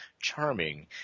charming